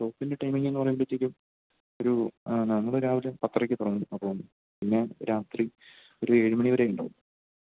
ഷോപ്പിൻ്റെ ടൈമിങ്ങെന്ന് പറയുമ്പോഴ്ത്തേക്കും ഒരു നമ്മൾ രാവിലെ പത്തരയ്ക്ക് തുടങ്ങും അപ്പം പിന്നെ രാത്രി ഒരു ഏഴ് മണി വരെ ഉണ്ടാകും